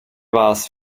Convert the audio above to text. vás